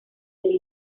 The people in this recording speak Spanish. del